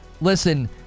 Listen